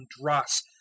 dross